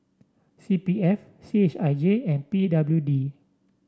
C P F C H I J and P W D